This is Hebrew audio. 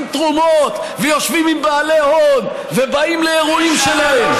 תרומות ויושבים עם בעלי הון ובאים לאירועים שלהם?